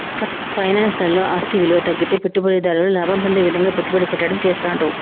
finance లలో ఆస్తి విలువ తగ్గితే పెట్టుబడిదారుడు లాభం పొందే విధంగా పెట్టుబడి పెట్టడం చేస్తాండ్రు